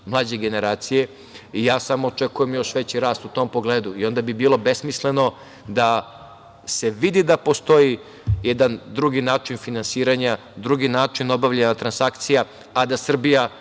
mlađe generacije. Ja samo očekujem još veći rast u tom pogledu i onda bi bilo besmisleno da se vidi da postoji jedan drugi način finansiranja, drugi način obavljanja transakcija, a da Srbija